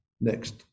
next